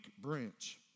branch